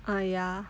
ah ya